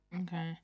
Okay